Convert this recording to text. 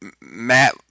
Matt